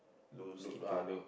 do skincare